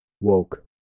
Woke